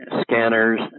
scanners